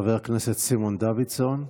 חבר הכנסת סימון דוידסון.